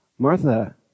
Martha